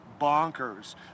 bonkers